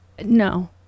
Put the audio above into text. no